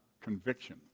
conviction